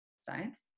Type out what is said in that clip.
science